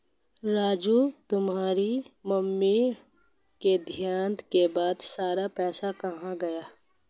राजू तुम्हारे मम्मी के देहांत के बाद सारा पैसा कहां गया?